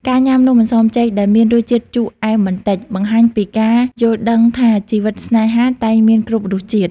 ការញ៉ាំ "នំអន្សមចេក" ដែលមានរសជាតិជូរអែមបន្តិច បង្ហាញពីការយល់ដឹងថាជីវិតស្នេហាតែងមានគ្រប់រសជាតិ។